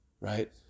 right